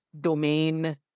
domain